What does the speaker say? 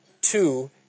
two